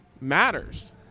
matters